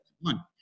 one